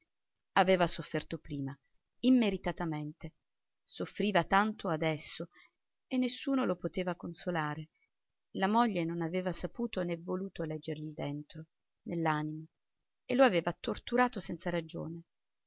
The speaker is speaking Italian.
aveva sofferto prima immeritatamente soffriva tanto adesso e nessuno lo poteva consolare la moglie non aveva saputo né voluto leggergli dentro nell'anima e lo aveva torturato senza ragione